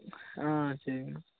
ஆ சேரிங்கண்ணா